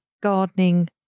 gardening